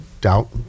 doubt